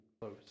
close